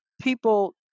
people